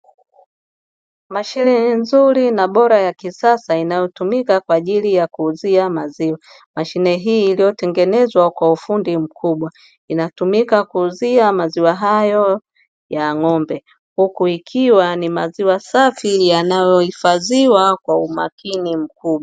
Mashine nzuri na bora ya kisasa inayotumika kwa ajili ya kuuzia maziwa, mashine hii iliyotengenezwa kwa ufundi mkubwa inatumika kwa ajili ya kuuzia maziwa hayo ya ng'ombe, huku ikiwa ni maziwa safi yanayohifadhiwa kwa umakini mkubwa.